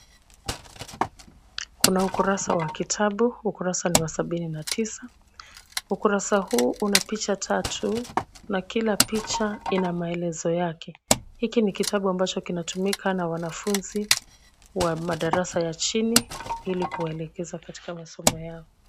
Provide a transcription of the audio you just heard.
Kuna ukurasa wa kitabu, ukurasa ni wa sabini na tisa. Ukurasa huu una picha tatu na kila picha ina maelezo yake. Hiki ni kitabu ambacho kinatumika na wanafunzi wa madarasa ya chini ili kuelekeza katika masomo yao.